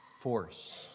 force